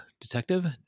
detective